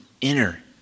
inner